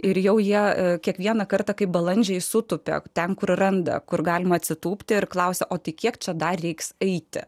ir jau jie kiekvieną kartą kaip balandžiai sutūpė ten kur randa kur galima atsitūpti ir klausia o tik kiek čia dar reiks eiti